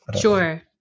Sure